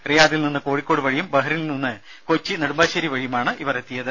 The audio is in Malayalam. റിയാദിൽ നിന്ന് കോഴിക്കോട് വഴിയും ബഹറിനിൽ നിന്ന് കൊച്ചി നെടുമ്പാശേരി വഴിയുമാണ് ഇവർ എത്തിയത്